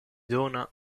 dona